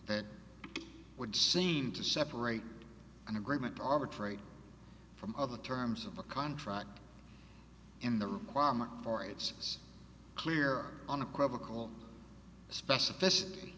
that would seem to separate an agreement to arbitrate from other terms of a contract in the requirement for it's clear unequivocal specificity